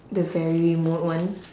the very remote one